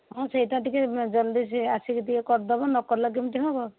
ହଁ ସେଇଟା ଟିକିଏ ଜଲଦି ସେ ଆସିକି ଟିକିଏ କରିଦେବ ନକଲେ କେମିତି ହେବ